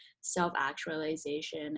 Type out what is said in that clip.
self-actualization